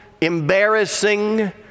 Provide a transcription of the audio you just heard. embarrassing